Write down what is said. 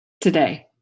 today